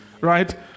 Right